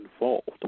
involved